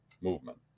movement